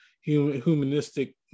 humanistic